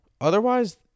otherwise